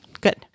Good